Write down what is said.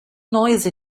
noise